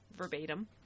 verbatim